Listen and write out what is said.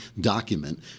document